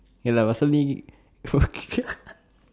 ya lah pasal ni